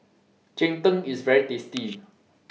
Cheng Tng IS very tasty